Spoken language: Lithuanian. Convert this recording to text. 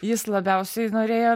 jis labiausiai norėjo